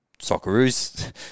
Socceroos